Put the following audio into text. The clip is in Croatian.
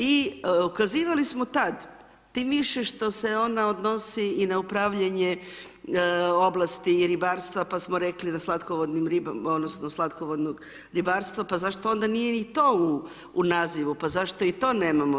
I ukazivali smo tad, tim više što se ona odnosi i na upravljanje oblasti i ribarstva, pa smo rekli da slatkovodnim odnosno slatkovodnog ribarstva, pa zašto onda nije ni to u nazivu, pa zašto i to nemamo.